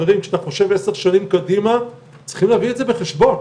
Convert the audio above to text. ואנחנו לא יכולים להרשות לעצמנו להמשיך בדרך כזו,